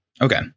Okay